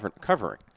covering